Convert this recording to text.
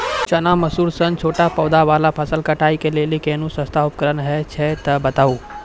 चना, मसूर सन छोट पौधा वाला फसल कटाई के लेल कूनू सस्ता उपकरण हे छै तऽ बताऊ?